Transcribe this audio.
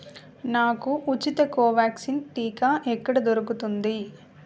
నాకు ఉచిత కోవ్యాక్సిన్ టీకా ఎక్కడ దొరుకుతుంది